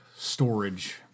storage